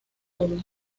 doble